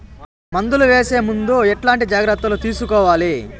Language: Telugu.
మందులు వేసే ముందు ఎట్లాంటి జాగ్రత్తలు తీసుకోవాలి?